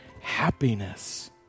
happiness